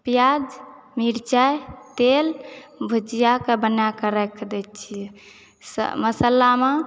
प्याज मिरचाइ तेल भुजिआकऽ बनैक राखि दैत छियै मसल्लामऽ